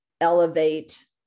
elevate